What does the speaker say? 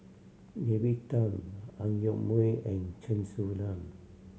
David Tham Ang Yoke Mooi and Chen Su Lan